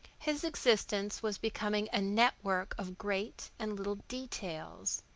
his existence was becoming a network of great and little details.